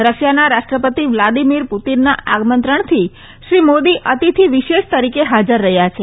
રશિયાના રાષ્ટ્રપતિ વ્લાદિમીર પ્રટીનના આમંત્રણથી શ્રી મોદી અતિથિ વિશેષ તરીકે હાજર રહ્યા છે